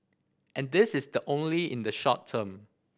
and this is the only in the short term